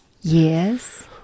Yes